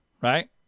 right